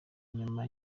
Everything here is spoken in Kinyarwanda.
nyuma